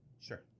Sure